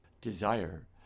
desire